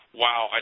wow